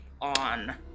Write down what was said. On